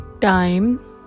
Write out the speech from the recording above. time